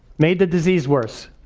made the disease worse.